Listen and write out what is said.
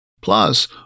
Plus